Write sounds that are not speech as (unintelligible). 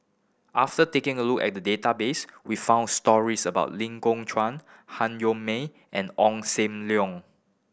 after taking a look at the database we found stories about Ling (unintelligible) Chuan Han Yong May and Ong Sam Leong